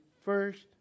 first